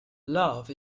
love